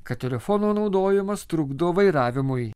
kad telefono naudojimas trukdo vairavimui